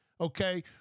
okay